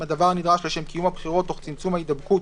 אם הדבר נדרש לשם קיום הבחירות תוך צמצום ההידבקות